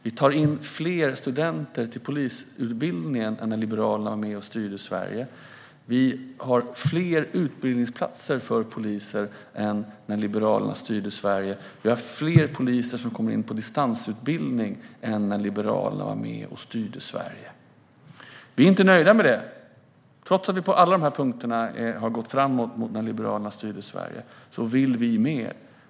Vi tar in fler studenter till polisutbildningen än när Liberalerna var med och styrde Sverige. Vi har fler utbildningsplatser för poliser än när Liberalerna var med och styrde Sverige. Vi har fler poliser som kommer in på distansutbildning än när Liberalerna var med och styrde Sverige. Vi är inte nöjda med detta, trots att vi på alla dessa punkter har gått framåt jämfört med när Liberalerna var med och styrde Sverige. Vi vill mer.